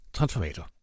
Transformator